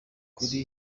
kuri